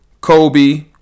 Kobe